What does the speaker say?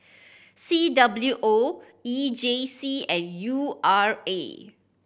C W O E J C and U R A